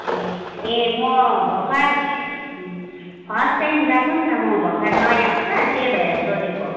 ए ए म भर्खर फर्स्ट टाइम गएको नि त म भर्खर नयाँ हो त त्यही भएर सोधेको